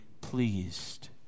pleased